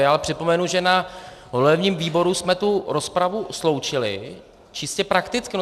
Ale připomenu, že na volebním výboru jsme tu rozpravu sloučili čistě prakticky.